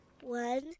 One